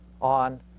on